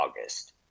August